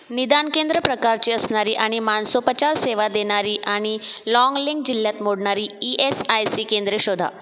निदान केंद्र प्रकारची असणारी आणि मानसोपचार सेवा देणारी आणि लाँगलिंग जिल्ह्यात मोडणारी ई एस आय सी केंद्र शोधा